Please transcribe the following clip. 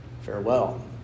Farewell